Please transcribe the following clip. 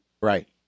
Right